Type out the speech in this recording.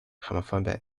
homophobia